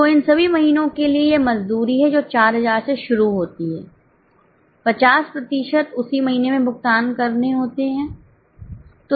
तो इन सभी महीनों के लिए ये मजदूरी हैं जो 4000 से शुरू होती है 50 प्रतिशत उसी महीने में भुगतान करने होते हैं